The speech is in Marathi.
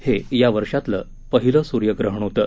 हे या वर्षातलं पहिलं सूर्यग्रहण होतं